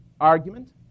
argument